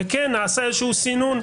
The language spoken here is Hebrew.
וכן, נעשה איזשהו סינון.